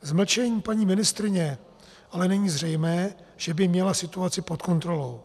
Z mlčení paní ministryně ale není zřejmé, že by měla situaci pod kontrolou.